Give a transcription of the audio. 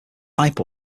pipe